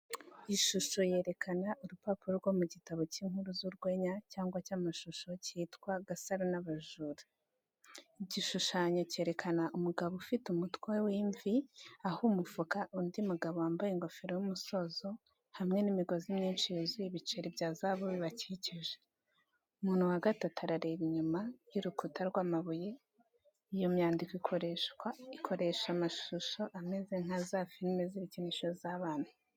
Ishusho yerekana urupapuro rwo mu gitabo cy'inkuru z'urwenya cyangwa cy'amashusho cyitwa "GASARO N'ABAJURA". Igishushanyo cyerekana umugabo ufite umutwe w'imvi aha umufuka undi mugabo wambaye ingofero y'umusozo, hamwe n'imigozi myinshi yuzuye ibiceri bya zahabu bibakikije. Umuntu wa gatatu areba inyuma y'urukuta rw'amabuye. Iyo myandiko ikoresha amashusho ameze nk'aya za firimi z'ibikinisho z'abana.